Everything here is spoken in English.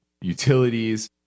utilities